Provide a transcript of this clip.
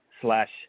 slash